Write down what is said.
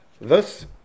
Thus